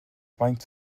faint